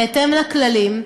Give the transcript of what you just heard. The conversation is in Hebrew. בהתאם לכללים,